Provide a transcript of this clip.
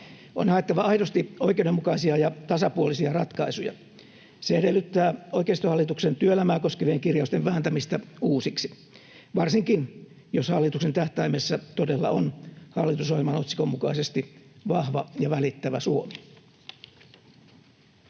On haettava aidosti oikeudenmukaisia ja tasapuolisia ratkaisuja. Se edellyttää oikeistohallituksen työelämää koskevien kirjausten vääntämistä uusiksi — varsinkin, jos hallituksen tähtäimessä todella on hallitusohjelman otsikon mukaisesti vahva ja välittävä Suomi.